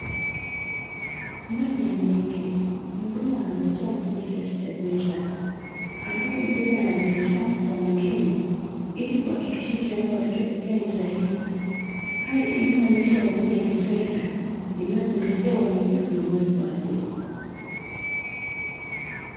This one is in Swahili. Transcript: Ndani ya benki, muhudumu anampatia mteja kiasi cha pesa ambapo mteja anazihesabu kwa makini ili kuhakikisha kiwango alichokipokea ni sahihi, hali inayoonyesha huduma ya kifedha inayozingatia uaminifu na uwazi kwa wateja.